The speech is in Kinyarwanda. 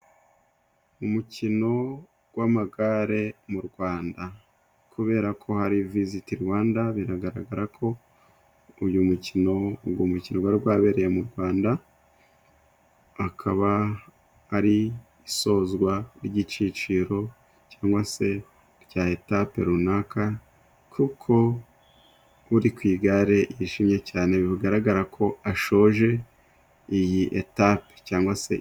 Mu mukino w'amagare mu Rwanda kubera ko hari visiti Rwanda biragaragara ko uyu mukino mukino wari gwabereye mu Rwanda akaba ari isozwa ry'ikiciro cyangwa se rya etape runaka kuko uri ku igare yishimye cyane bigaragara ko ashoje iyi etape cyangwa se.